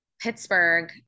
Pittsburgh